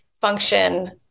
function